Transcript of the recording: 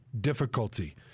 difficulty